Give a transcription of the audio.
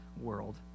world